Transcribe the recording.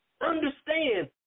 Understand